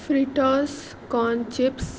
Fritos corn chips